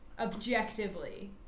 objectively